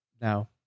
now